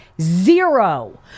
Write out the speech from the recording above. Zero